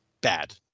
bad